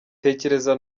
tekereza